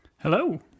Hello